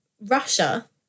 Russia